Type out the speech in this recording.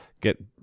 get